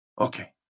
Okay